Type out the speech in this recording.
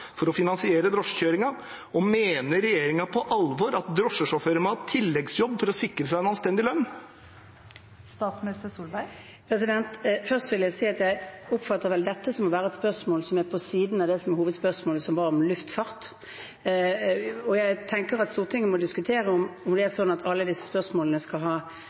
for å finansiere drosjekjøringen? Mener regjeringen på alvor at drosjesjåfører må ha tilleggsjobb for å sikre seg en anstendig lønn? Først vil jeg si at jeg oppfatter vel dette som å være et spørsmål som er på siden av det som er hovedspørsmålet, som var om luftfart, og jeg tenker at Stortinget må diskutere om det er sånn at man skal svare på alle